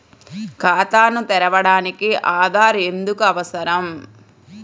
ఖాతాను తెరవడానికి ఆధార్ ఎందుకు అవసరం?